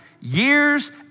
years